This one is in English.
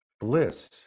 bliss